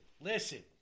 listen